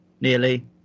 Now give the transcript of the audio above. nearly